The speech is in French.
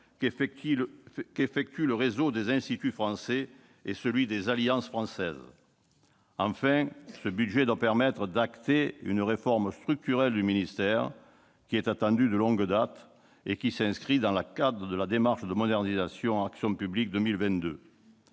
qu'effectuent le réseau des Instituts français et celui des Alliances françaises. Enfin, ce budget doit permettre d'acter une réforme structurelle du ministère, attendue de longue date, qui s'inscrit dans le cadre de la démarche de modernisation Action publique 2022.